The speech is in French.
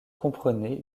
comprenait